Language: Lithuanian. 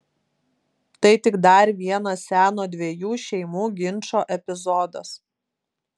tai tik dar vienas seno dviejų šeimų ginčo epizodas